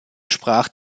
sprach